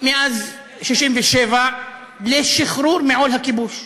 מאז 67' מאבק לשחרור מעול הכיבוש.